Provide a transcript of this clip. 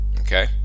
okay